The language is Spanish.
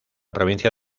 provincia